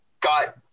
got